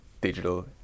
digital